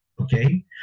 okay